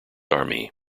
army